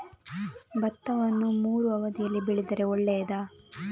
ಭತ್ತವನ್ನು ಮೂರೂ ಅವಧಿಯಲ್ಲಿ ಬೆಳೆದರೆ ಒಳ್ಳೆಯದಾ?